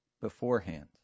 beforehand